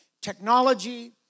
technology